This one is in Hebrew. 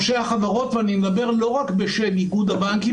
ואני מדבר לא רק בשם איגוד הבנקים,